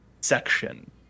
section